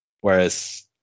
Whereas